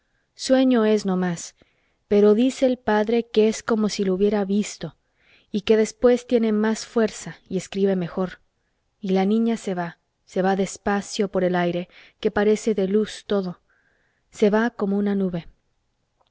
sueño es no más pero dice el padre que es como si lo hubiera visto y que después tiene más fuerza y escribe mejor y la niña se va se va despacio por el aire que parece de luz todo se va como una nube